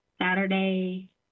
Saturday